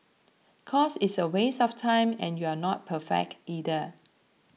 cause it's a waste of time and you're not perfect either